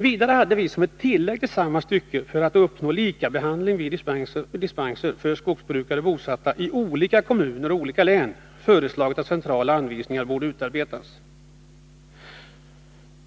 Vidare hade vi som ett tillägg till samma stycke, för att uppnå lika behandling i samband med dispenser för skogsbrukare bosatta i olika kommuner och olika län, föreslagit att centrala anvisningar skulle utarbetas.